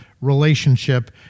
relationship